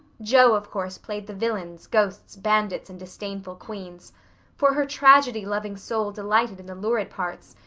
jo, of course, played the villains, ghosts, bandits, and disdainful queens for her tragedy-loving soul delighted in the lurid parts,